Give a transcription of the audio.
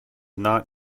not